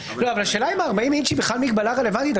האם 40 אינץ' הם בכלל מגבלה רלוונטית?